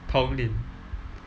tong lin